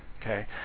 Okay